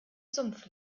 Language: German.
sumpf